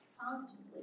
positively